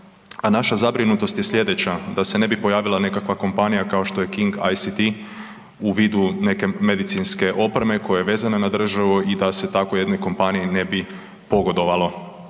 a naša zabrinutost je sljedeća. Da se ne bi pojavila nekakva kompanija kao što je KING ICT u vidu neke medicinske opreme koja je vezana na državu i da se tako jednoj kompaniji ne bi pogodovalo.